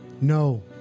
No